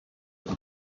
find